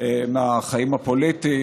מהחיים הפוליטיים,